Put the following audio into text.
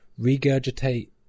regurgitate